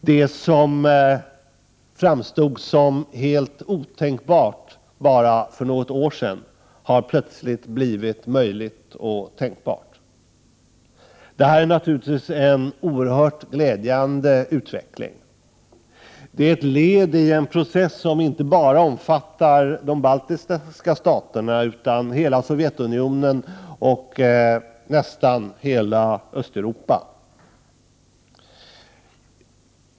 Det som för bara något år sedan framstod som helt otänkbart har plötsligt blivit möjligt och tänkbart. Detta är naturligtvis en oerhört glädjande utveckling. Det är ett led i en process som inte bara omfattar de baltiska staterna utan hela Sovjetunionen och nästan hela Östeuropa.